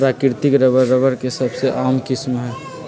प्राकृतिक rubber, rubber के सबसे आम किस्म हई